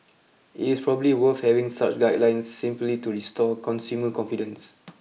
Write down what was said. it is probably worth having such guidelines simply to restore consumer confidence